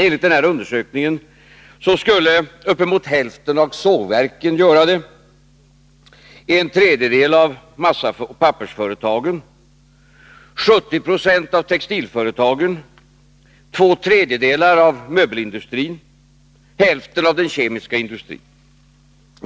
Enligt den undersökningen skulle uppemot hälften av sågverken göra det, en tredjedel av massaoch pappersföretagen, 70 96 av textilföretagen, två tredjedelar av möbelindustrin och hälften av den kemiska industrin.